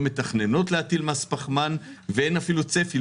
לא מתכננות להטיל מס פחמן ואין אפילו צפי,